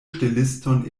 ŝteliston